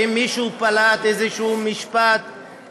ואם מישהו פלט איזשהו משפט,